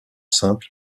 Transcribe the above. simple